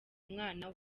umwana